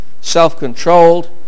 self-controlled